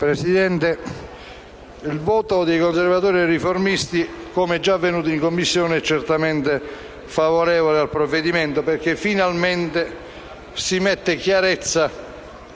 Presidente, il voto dei Conservatori e Riformisti, come già avvenuto in Commissione, è certamente favorevole al provvedimento, perché finalmente si mette chiarezza